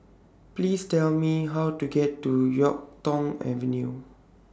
Please Tell Me How to get to Yuk Tong Avenue